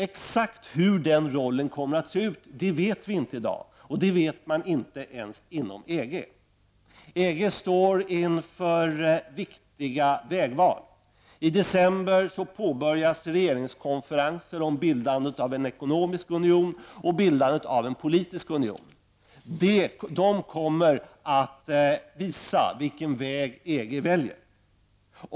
Exakt hur den rollen kommer att se ut vet vi inte i dag, och det vet man inte ens inom EG. EG står inför viktiga vägval. I december påbörjas regeringenskonferenser om bildandet av en ekonomisk union och en politisk union. De kommer att visa vilken väg EG väljer.